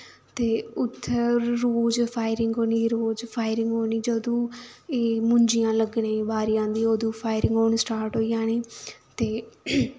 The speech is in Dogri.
ते उत्थें रोज़ फायरिंग होनी रोज़ फायरिंग होनी जदूं एह् मुंजियां लग्गने दी बारी आंदी अदूं फायरिंग होनी स्टार्ट होई जानी ते